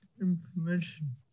information